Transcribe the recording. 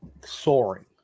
soaring